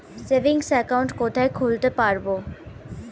Savings account কোথায় খুলতে পারব?